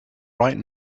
right